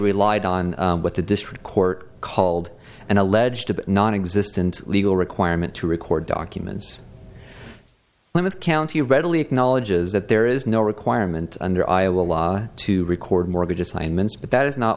relied on what the district court called an alleged nonexistent legal requirement to record documents limit county readily acknowledges that there is no requirement under iowa law to record mortgage assignments but that is not